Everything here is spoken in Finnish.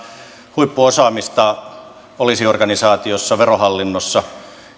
huippuosaamista poliisiorganisaatiossa verohallinnossa